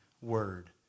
Word